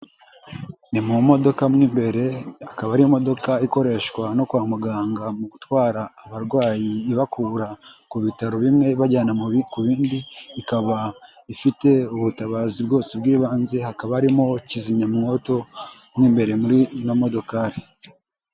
Ni mu modoka mo imbere, ikaba ari imodoka ikoreshwa no kwa muganga mu gutwara abarwayi ibakura ku bitaro bimwe ibajyana ku bindi ,ikaba ifite ubutabazi bwose bw'ibanze, hakaba harimo kizimyamwoto mo imbere muri ino modokari.